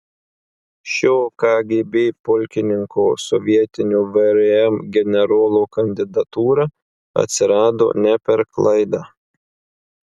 šio kgb pulkininko sovietinio vrm generolo kandidatūra atsirado ne per klaidą